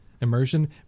immersion